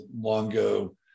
longo